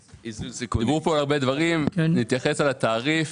דיברו פה על הרבה דברים, ואני אתייחס לתעריף.